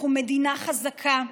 אנחנו מדינה חזקה,